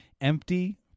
empty